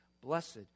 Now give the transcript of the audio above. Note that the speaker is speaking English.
Blessed